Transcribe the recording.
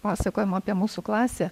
pasakojimo apie mūsų klasę